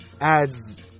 adds